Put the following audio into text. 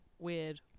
weird